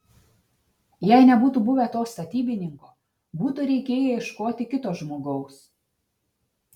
jei nebūtų buvę to statybininko būtų reikėję ieškoti kito žmogaus